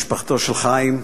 משפחתו של חיים,